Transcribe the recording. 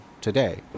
today